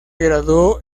graduó